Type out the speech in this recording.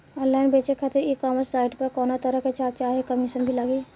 Online बेचे खातिर ecommerce site पर कौनोतरह के चार्ज चाहे कमीशन भी लागी?